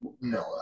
No